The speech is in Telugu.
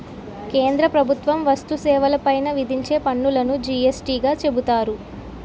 కేంద్ర ప్రభుత్వం వస్తు సేవల పైన విధించే పన్నులును జి యస్ టీ గా చెబుతారు